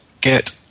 get